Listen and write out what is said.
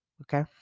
okay